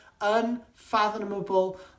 unfathomable